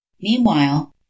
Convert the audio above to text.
meanwhile